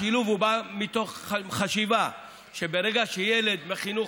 השילוב בא מתוך חשיבה שברגע שילד בחינוך